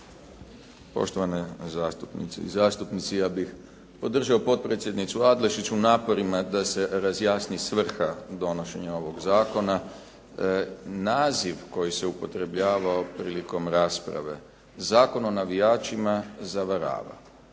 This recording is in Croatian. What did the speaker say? Poštovane zastupnice i zastupnici, ja bih podržao potpredsjednicu Adlešič u naporima da se razjasni svrha donošenja ovog zakona. Naziv koji se upotrebljavao prilikom rasprave Zakon o navijačima, zavarava.